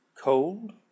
cold